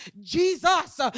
Jesus